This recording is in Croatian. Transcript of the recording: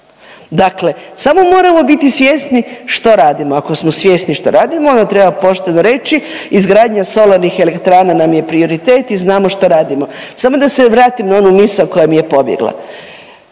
Dakle, samo moramo biti svjesni što radimo, ako smo svjesni što radimo onda treba pošteno reći izgradnja solarnih elektrana nam je prioritet i znamo što radimo. Samo da se vratim na onu misao koja mi je pobjegla.